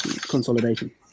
consolidation